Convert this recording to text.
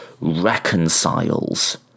reconciles